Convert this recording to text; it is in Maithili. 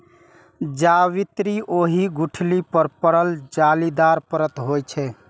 जावित्री ओहि गुठली पर पड़ल जालीदार परत होइ छै